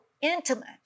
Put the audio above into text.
intimate